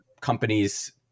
companies